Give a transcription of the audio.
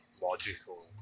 logical